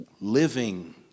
living